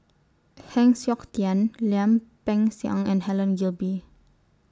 Heng Siok Tian Lim Peng Siang and Helen Gilbey